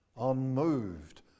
Unmoved